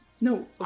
No